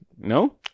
no